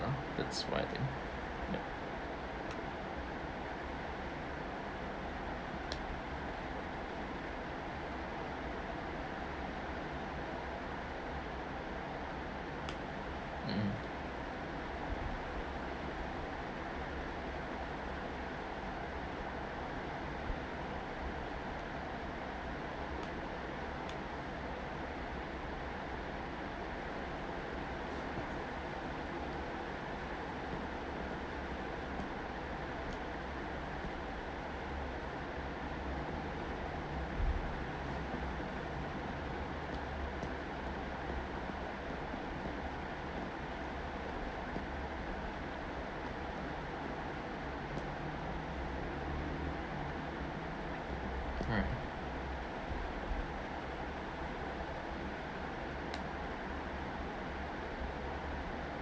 ah that's what I think yup mmhmm alright